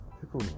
People